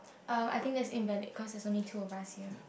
uh I think that's invalid cause there's only two of us here